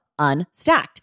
Unstacked